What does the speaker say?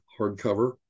hardcover